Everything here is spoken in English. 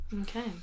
okay